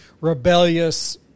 rebellious